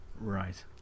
Right